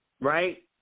right